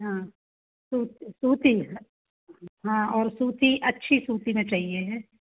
हाँ तो सूती हाँ और सूती अच्छी सूती में चाहिए हैं